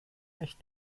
sich